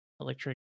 electric